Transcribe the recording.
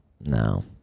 No